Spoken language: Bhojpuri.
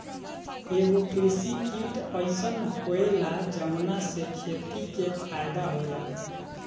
एगो कृषि किट अइसन होएला जवना से खेती के फायदा होला